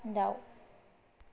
दाउ